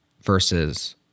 versus